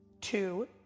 Two